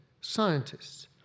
scientists